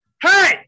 hey